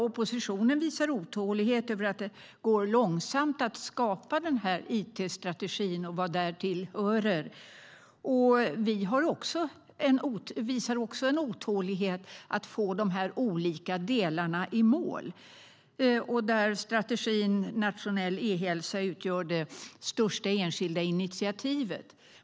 Oppositionen visar otålighet över att det går långsamt att skapa den här it-strategin och vad därtill hörer. Vi visar också otålighet inför att få de olika delarna i mål, där strategin Nationell e-hälsa utgör det största enskilda initiativet.